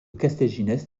castelginest